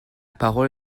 parole